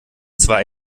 zwei